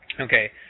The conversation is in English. Okay